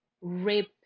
rip